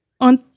On